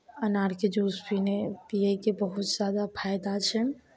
अनारके जूस पीने पियैके बहुत सारा फायदा छनि